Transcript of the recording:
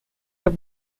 have